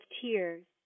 tears